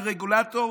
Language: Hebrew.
כרגולטור,